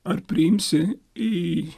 ar priimsi į